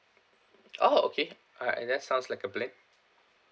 oh okay I I that sounds like a black